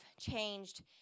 changed